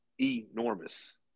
enormous